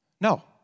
No